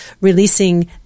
releasing